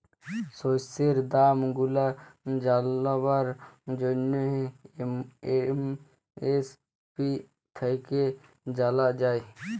শস্যের দাম গুলা জালবার জ্যনহে এম.এস.পি থ্যাইকে জালা যায়